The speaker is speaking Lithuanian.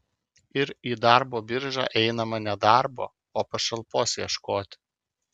ir į darbo biržą einama ne darbo o pašalpos ieškoti